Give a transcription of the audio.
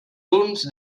uns